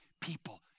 people